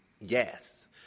Yes